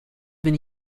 been